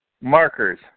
markers